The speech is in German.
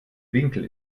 winkel